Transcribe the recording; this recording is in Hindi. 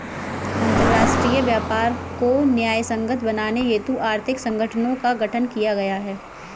अंतरराष्ट्रीय व्यापार को न्यायसंगत बनाने हेतु आर्थिक संगठनों का गठन किया गया है